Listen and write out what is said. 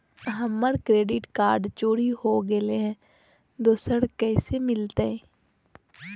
हमर credit card चोरी हो गेलय हई, दुसर कैसे मिलतई?